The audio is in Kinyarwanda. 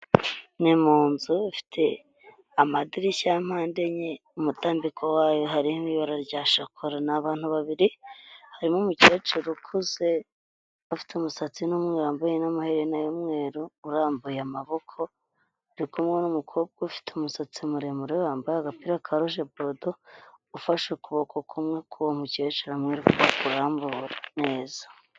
Ni mu nzu ifite amadirishya ya mpande enye, umutambiko wayo harimo ibara rya shakora. Ni abantu babiri harimo umukecuru ukuze, ufite umusatsi w'umweru wambaye n'amaherena y'umweru urambuye amaboko, ari kumwe n'umukobwa ufite umusatsi muremure, wambaye agapira ka ruje borudo, ufashe ukuboko kumwe k'uwo mukecuru amwereka uko akurambura neza.